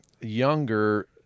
younger